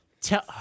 Tell